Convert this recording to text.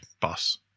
bus